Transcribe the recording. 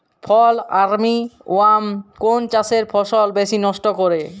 ফল army worm কোন চাষের ফসল বেশি নষ্ট করে?